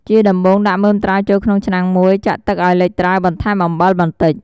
ជាដំបូង ដាក់មើមត្រាវចូលក្នុងឆ្នាំងមួយ ចាក់ទឹកឱ្យលិចត្រាវ បន្ថែមអំបិលបន្តិច។